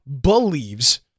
believes